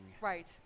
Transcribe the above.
right